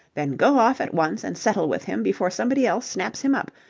then go off at once and settle with him before somebody else snaps him up.